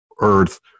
earth